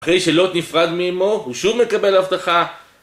אחרי שלא נפרד מאמו הוא שוב מקבל הבטחה